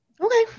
Okay